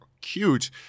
cute